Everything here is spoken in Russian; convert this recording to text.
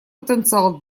потенциал